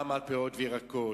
מע"מ על פירות וירקות,